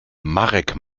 marek